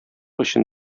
өчен